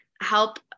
help